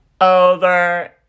Over